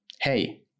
Hey